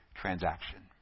transaction